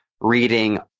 reading